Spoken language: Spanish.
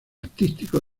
artístico